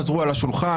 חזרו אל השולחן.